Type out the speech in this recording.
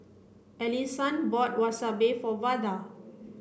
Elian bought Wasabi for Vada